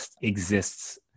exists